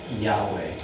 Yahweh